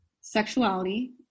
sexuality